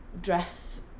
dress